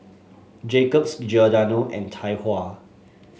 Jacob's Giordano and Tai Hua